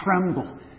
tremble